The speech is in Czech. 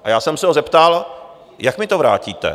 A já jsem se ho zeptal, jak mi to vrátíte?